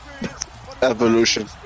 evolution